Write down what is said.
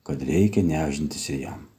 kad reikia nešdintis ir jam